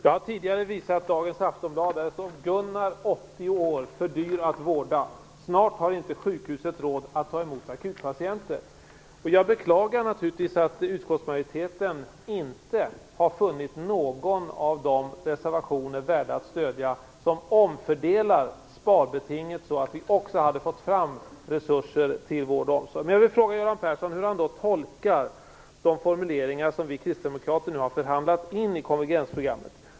Jag har tidigare visat Aftonbladet av i dag där man kan läsa om Gunnar, 80 år, som är för dyr att vårda. Snart har sjukhuset inte råd att ta emot akutpatienter. Jag beklagar naturligtvis att utskottsmajoriteten inte har funnit någon av de reservationer som omfördelar sparbetinget värda att stödja. Då hade vi också hade fått fram resurser till vård och omsorg. Hur tolkar Göran Persson de formuleringar som vi kristdemokrater nu har förhandlat in i konvergensprogrammet?